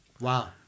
Wow